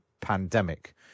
pandemic